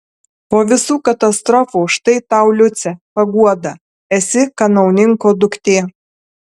po visų katastrofų štai tau liuce paguoda esi kanauninko duktė